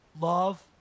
love